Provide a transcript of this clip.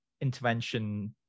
intervention